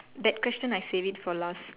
that question I'll save it for last